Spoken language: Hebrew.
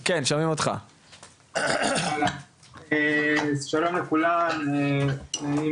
אז שלום לכולם, בוקר טוב.